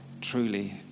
truly